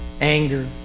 anger